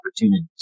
opportunities